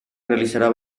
realizará